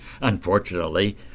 Unfortunately